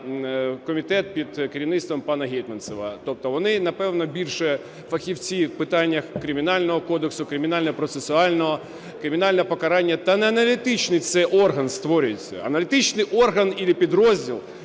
комітет під керівництвом пана Гетманцева. Тобто вони, напевно, більше фахівці в питаннях Кримінального кодексу, Кримінального процесуального, кримінального покарання. Та не аналітичний це орган створюється. Аналітичний орган або підрозділ,